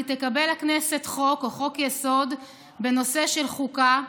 כי תקבל הכנסת חוק או חוק-יסוד בנושא של חוקה,